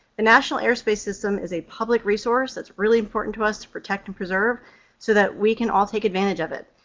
the national airspace system is a public resource that's really important to us to protect and preserve so that we can all take advantage of it.